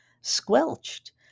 squelched